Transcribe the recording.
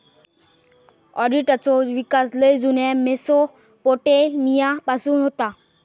ऑडिटचो विकास लय जुन्या मेसोपोटेमिया पासून होता